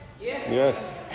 Yes